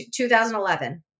2011